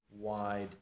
wide